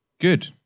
Good